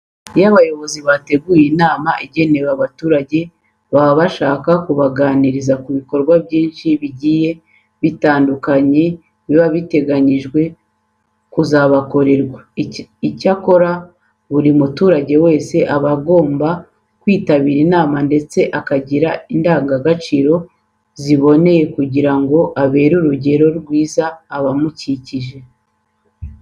Iyo abayobozi bateguye inama igenewe abaturage baba bashaka kubaganiriza ku bikorwa byinshi bigiye bitandukanye biba biteganyijwe kuzabakorerwa. Icyakora buri muturage wese aba agomba kwitabira inama ndetse akagira n'indangagaciro ziboneye kugira ngo abere urugero rwiza abamukikije.